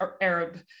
Arab